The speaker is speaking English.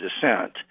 descent